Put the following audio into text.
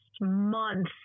month